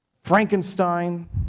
Frankenstein